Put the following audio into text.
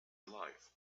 alive